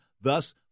Thus